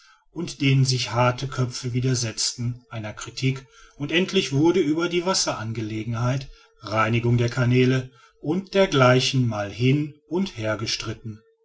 und denen sich harte köpfe widersetzten einer kritik und endlich wurde über die wasserangelegenheit reinigung der canäle u dgl m hin und hergestritten